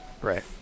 Right